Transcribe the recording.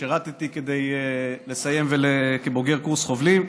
שירתי כדי לסיים כבוגר קורס חובלים.